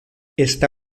está